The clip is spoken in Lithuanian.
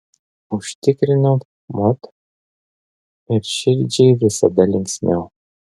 užtikrino mod ir širdžiai visada linksmiau